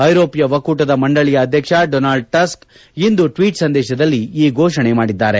ಐರೋಪ್ನ ಒಕ್ಕೂಟದ ಮಂಡಳಿಯ ಅದ್ವತ್ತ ಡೋನಾಲ್ಡ್ ಟಸ್ಕ್ ಇಂದು ಟ್ನೀಟ್ ಸಂದೇಶದಲ್ಲಿ ಈ ಘೋಷಣೆ ಮಾಡಿದ್ದಾರೆ